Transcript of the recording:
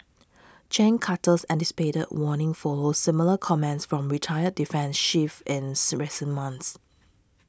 Gen Carter's anticipated warning follows similar comments from retired defence chiefs ins recent months